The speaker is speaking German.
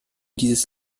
dieses